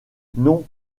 non